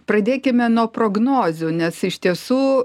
pradėkime nuo prognozių nes iš tiesų